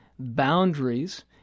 boundaries